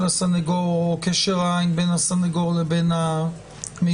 הסנגור או קשר עין בין הסנגור לבין המיוצג?